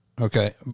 Okay